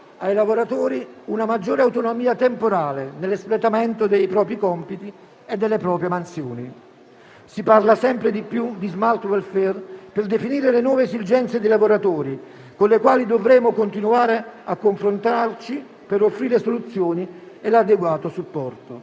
ai lavoratori una maggiore autonomia temporale nell'espletamento dei propri compiti e delle proprie mansioni. Si parla sempre più di *smart welfare* per definire le nuove esigenze dei lavoratori, con le quali dovremo continuare a confrontarci per offrire soluzioni e adeguato supporto.